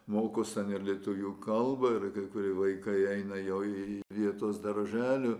mokos ten ir lietuvių kalbą ir kai kurie vaikai eina jau į vietos darželį